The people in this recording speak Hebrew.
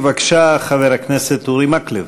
בבקשה, חבר הכנסת אורי מקלב,